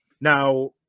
Now